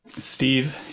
Steve